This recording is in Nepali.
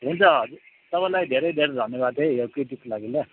हुन्छ तपाईँलाई धेरै धेरै धन्यवाद है यो क्रिटिक्सको लागि ल